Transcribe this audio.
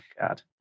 god